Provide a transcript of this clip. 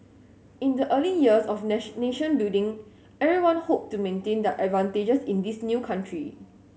in the early years of nation building everyone hoped to maintain the advantages in this new country